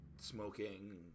Smoking